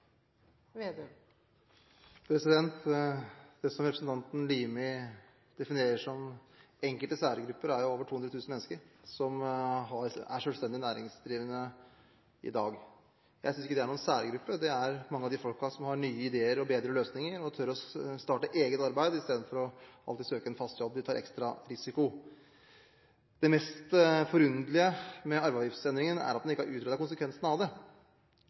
avgiftsopplegg. Det som representanten Limi definerer som enkelte særgrupper, er over 200 000 mennesker som er selvstendig næringsdrivende i dag. Jeg synes ikke det er noen særgruppe, det er mange av de menneskene som har nye ideer og bedre løsninger, og tør å starte eget arbeid istedenfor å søke en fast jobb. De tar ekstra risiko. Det mest forunderlige med arveavgiftsendringen er at en ikke har utredet konsekvensene av det.